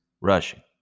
rushing